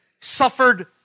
suffered